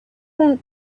that